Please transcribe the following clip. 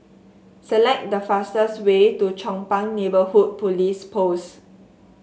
select the fastest way to Chong Pang Neighbourhood Police Post